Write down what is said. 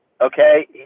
okay